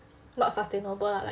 not sustainable ah like